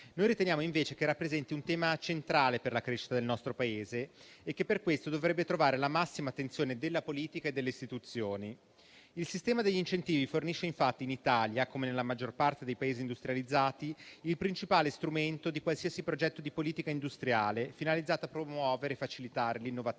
Noi riteniamo invece che rappresenti un tema centrale per la crescita del nostro Paese e che per questo dovrebbe trovare la massima attenzione della politica e delle istituzioni. Il sistema degli incentivi fornisce infatti in Italia, come nella maggior parte dei Paesi industrializzati, il principale strumento di qualsiasi progetto di politica industriale finalizzata a promuovere e facilitare l'innovazione,